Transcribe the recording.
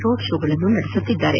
road ಶೋಗಳನ್ನು ನಡೆಸುತ್ತಿದ್ದಾರೆ